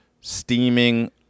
steaming